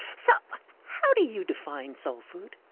so how do you define soul food?